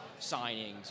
signings